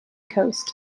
coast